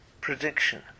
prediction